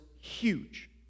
huge